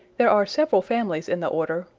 there are several families in the order,